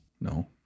No